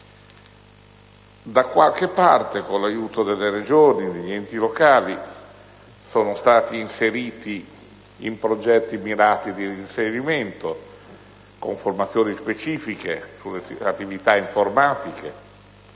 Da qualche parte, con l'aiuto delle Regioni e degli enti locali sono stati inseriti in progetti mirati di reinserimento, con formazioni specifiche e attività informatiche